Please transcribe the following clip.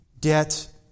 debt